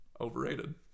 Overrated